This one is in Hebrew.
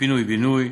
פינוי-בינוי,